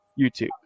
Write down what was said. YouTube